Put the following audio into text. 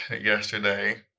yesterday